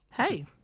hey